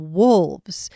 wolves